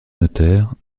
notaire